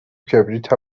کبریت